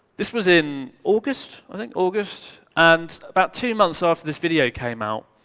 this was in august i mean august and about two months after this video came out,